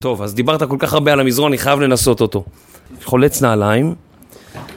טוב, אז דיברת כל כך הרבה על המזרון, אני חייב לנסות אותו. חולץ נעליים.